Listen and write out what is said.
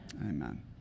Amen